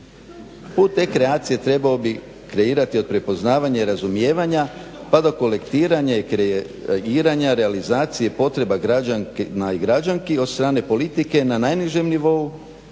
Put te kreacije trebao bi kreirati od prepoznavanja i razumijevanja pa do kolektiranja i kreiranja realizacije potreba građanki i građana od strane politike na najnižem nivou